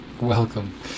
welcome